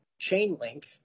Chainlink